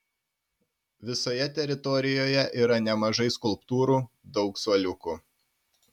visoje teritorijoje yra nemažai skulptūrų daug suoliukų